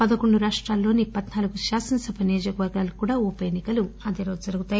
పదకొండు రాష్టంల్లోని పధ్నాలుగు శాసనసభ నియోజకవర్గాలకు కూడా ఉపఎన్ని కలు అదేరోజు జరుగుతాయి